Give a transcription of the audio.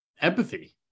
empathy